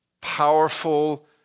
powerful